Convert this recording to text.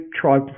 try